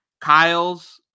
Kyle's